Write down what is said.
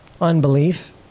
Unbelief